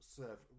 serve